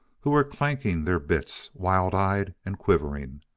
who were clanking their bits, wild-eyed and quivering.